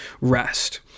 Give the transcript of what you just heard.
rest